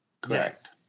Correct